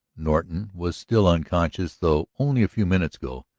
norton was still unconscious though, only a few minutes ago,